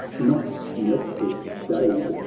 not nestor's shade,